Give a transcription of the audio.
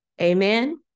Amen